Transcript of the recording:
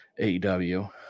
AEW